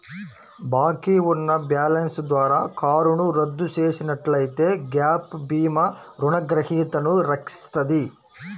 బాకీ ఉన్న బ్యాలెన్స్ ద్వారా కారును రద్దు చేసినట్లయితే గ్యాప్ భీమా రుణగ్రహీతను రక్షిస్తది